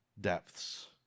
depths